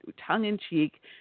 tongue-in-cheek